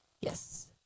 yes